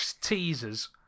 teasers